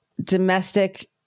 domestic